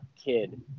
kid